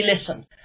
listen